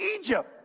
Egypt